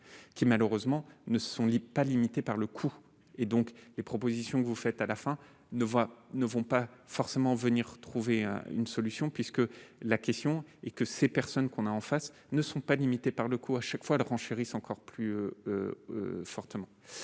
qui malheureusement ne sont lit pas limitée par le cou et donc les propositions que vous faites à la fin ne voient ne vont pas forcément venir trouver une solution puisque la question est que ces personnes qu'on a en face ne sont pas limités par le coup à chaque fois, renchérissent encore plus fortement,